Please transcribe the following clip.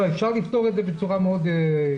אפשר לפתור את זה בצורה יסודית,